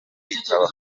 kwiyitaho